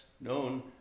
known